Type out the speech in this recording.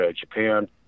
japan